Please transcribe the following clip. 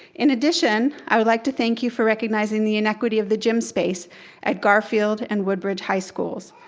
in addition, i would like to thank you for recognizing the inequity of the gym space at garfield and woodbridge high schools,